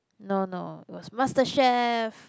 no no it was Masterchef